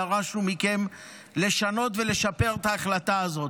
דרשנו מכם לשנות ולשפר את ההחלטה הזאת.